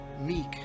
meek